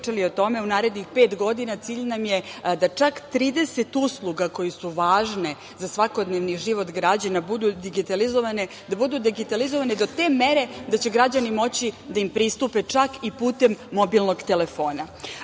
u narednih pet godina cilj nam je da čak 30 usluga koje su važne za svakodnevni život građana budu digitalizovane, da budu digitalizovane do mere da će građani moći da im pristupe čak i putem mobilnog telefona.Međutim,